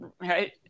right